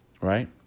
right